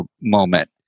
moment